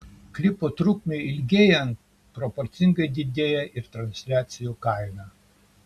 klipo trukmei ilgėjant proporcingai didėja ir transliacijų kaina